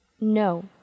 No